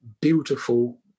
beautiful